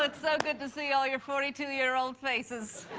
like so good to see all your forty two year old faces.